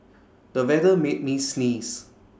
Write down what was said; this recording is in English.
the weather made me sneeze